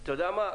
אתה יודע מה?